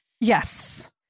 Yes